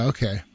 Okay